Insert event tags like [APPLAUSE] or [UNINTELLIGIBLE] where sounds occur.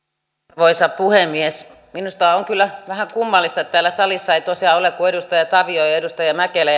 arvoisa puhemies minusta on kyllä vähän kummallista että täällä salissa ei tosiaan ole kuin edustaja tavio edustaja mäkelä [UNINTELLIGIBLE]